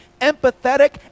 empathetic